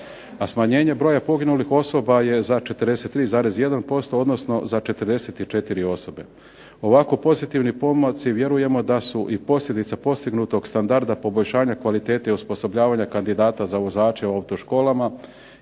smanjenje broja poginulih osoba je za 43,1% odnosno za 44 osobe. Ovako pozitivni pomaci vjerujemo da su i posljedica postignutog standarda poboljšanja kvalitete osposobljavanja kandidata za vozače u autoškolama